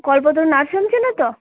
কল্পতরু nursing home চেনো তো